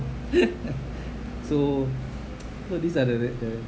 so so these are the the